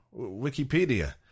Wikipedia